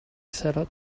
seller